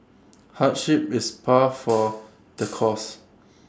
hardship is par for the course